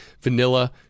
vanilla